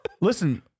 Listen